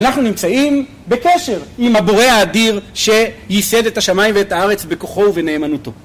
אנחנו נמצאים בקשר עם הבורא האדיר שייסד את השמיים ואת הארץ בכוחו ובנאמנותו.